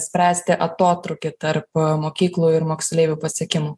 spręsti atotrūkį tarp mokyklų ir moksleivių pasiekimų